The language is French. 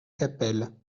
capelle